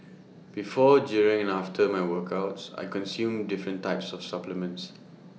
before during and after my workouts I consume different types of supplements